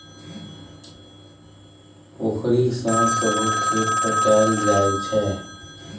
पोखरि सँ सहो खेत पटाएल जाइ छै